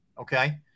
Okay